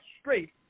straight